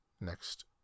Next